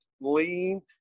lean